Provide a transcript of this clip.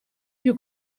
più